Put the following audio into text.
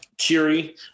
cheery